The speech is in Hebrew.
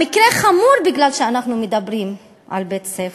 המקרה חמור מפני שאנחנו מדברים על בית-ספר.